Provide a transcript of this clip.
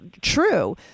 true